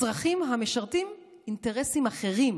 לצרכים המשרתים אינטרסים אחרים.